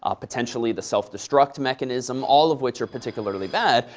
ah potentially the self-destruct mechanism, all of which are particularly bad.